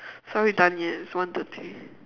so are we done yet it's one thirty